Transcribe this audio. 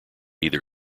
either